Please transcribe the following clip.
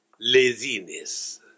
laziness